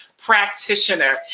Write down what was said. Practitioner